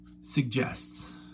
suggests